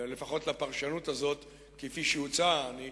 לפחות לפרשנות הזאת, כפי שהוצעה.